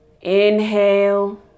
inhale